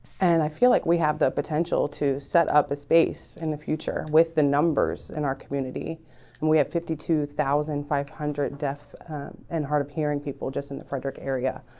and i feel like we have the potential to set up a space in the future with the numbers in our community and we have fifty two thousand five hundred deaf and hard-of-hearing people just in the frederick area,